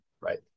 Right